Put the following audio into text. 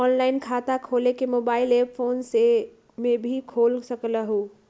Online खाता खोले के मोबाइल ऐप फोन में भी खोल सकलहु ह?